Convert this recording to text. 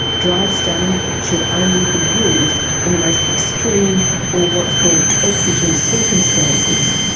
drive-stunning should only be used in the most extreme, or what's called exigent circumstances.